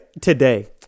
Today